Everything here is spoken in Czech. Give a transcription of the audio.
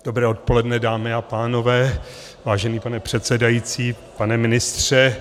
Dobré odpoledne, dámy a pánové, vážený pane předsedající, pane ministře.